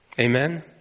Amen